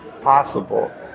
possible